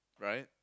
right